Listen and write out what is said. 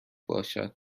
باشد